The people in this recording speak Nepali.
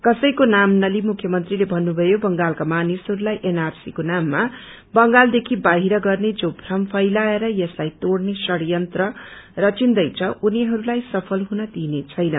कसैको नाम निलिई मुख्यमंत्रीले भन्नुभयो बंगालका मानिसहरूलाई एनआरसीको नामामा बंगालदेखि बाहिर गर्ने जो भ्रम फैलाएर यसलाई तोड़ने षड़यन्त्र रचिन्दैछ उनीहरूलाई सफल हुन दिइने छैन